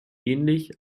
ähnlich